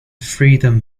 freedom